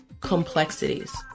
complexities